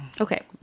Okay